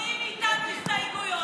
אתם מונעים מאיתנו הסתייגויות,